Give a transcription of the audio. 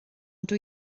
dydw